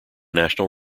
national